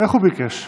הוא ביקש.